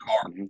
car